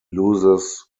loses